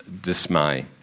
dismay